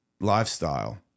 lifestyle